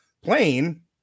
Plane